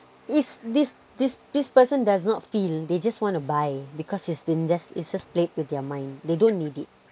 is this this this person does not feel they just want to buy because it's been just it's just played with their mind they don't need it